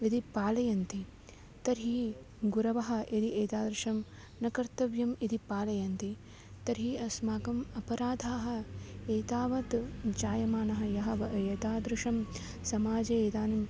यदि पालयन्ति तर्हि गुरवः यदि एतादृशं न कर्तव्यम् इति पालयन्ति तर्हि अस्माकम् अपराधाः एतावत् जायमानाः यः एतादृशं समाजे इदानीं